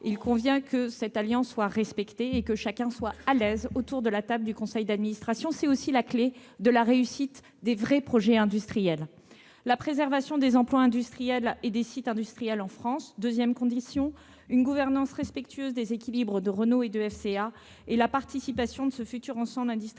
il convient que cette alliance soit respectée et que chacun soit à l'aise autour de la table du conseil d'administration. C'est aussi la clé de la réussite des vrais projets industriels. La préservation des emplois industriels et des sites industriels en France est la deuxième condition, les autres conditions étant une gouvernance respectueuse des équilibres de Renault et de FCA et la participation de ce futur ensemble industriel